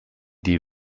die